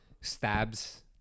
stabs